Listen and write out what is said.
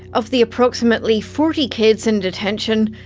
of the approximately forty kids in detention,